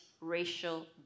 racial